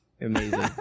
Amazing